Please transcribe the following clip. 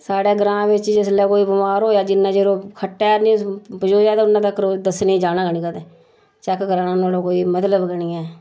साढ़े ग्रांऽ बिच्च जिसलै कोई बमार होएआ जिन्ने चिर ओह् खट्टै नी उस पजोएआ तां उ'न्ना तकर नी उस दस्सने जाने गै नी कदें चैक कराना नुहाड़ा कोई मतलब गै नेईं ऐ